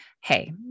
Hey